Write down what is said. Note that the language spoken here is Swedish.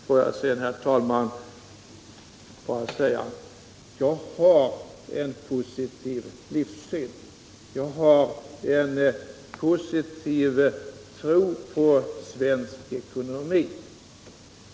Får jag slutligen bara säga att jag har en positiv livssyn och en stark tro på ekonomin.